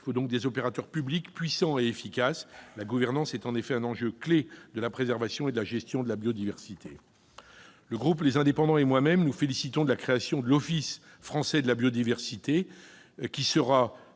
Il faut aussi des opérateurs publics puissants et efficaces. La gouvernance est en effet un enjeu majeur de la préservation et de la gestion de la biodiversité. Le groupe Les Indépendants - République et Territoires et moi-même nous félicitons donc de la création de l'Office français de la biodiversité, qui sera,